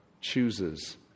chooses